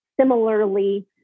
similarly